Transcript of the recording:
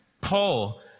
Paul